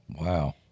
Wow